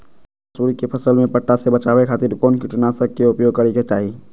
मसूरी के फसल में पट्टा से बचावे खातिर कौन कीटनाशक के उपयोग करे के चाही?